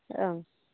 ओं